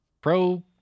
pro